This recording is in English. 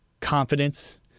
confidence